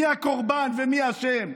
מי הקורבן ומי אשם.